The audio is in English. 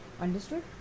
understood